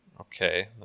Okay